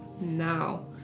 now